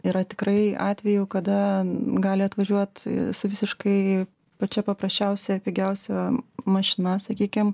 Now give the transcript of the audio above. yra tikrai atvejų kada gali atvažiuot su visiškai pačia paprasčiausia pigiausia mašina sakykim